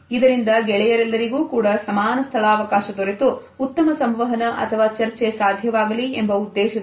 ಇದರಿಂದ ಗೆಳೆಯರೆಲ್ಲರಿಗೂ ಕೂಡ ಸಮಾನ ಸ್ಥಳವಕಾಶ ದೊರೆತು ಉತ್ತಮ ಸಂವಹನ ಅಥವಾ ಚರ್ಚೆ ಸಾಧ್ಯವಾಗಲಿ ಎಂಬ ಉದ್ದೇಶದಿಂದ